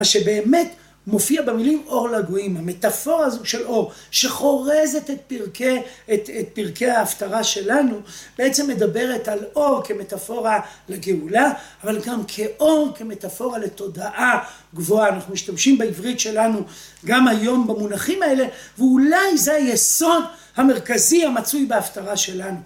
מה שבאמת מופיע במילים אור לגויים, המטאפורה של אור שחורזת את פרקי ההפטרה שלנו בעצם מדברת על אור כמטאפורה לגאולה אבל גם כאור כמטאפורה לתודעה גבוהה. אנחנו משתמשים בעברית שלנו גם היום במונחים האלה ואולי זה היסוד המרכזי המצוי בהפטרה שלנו.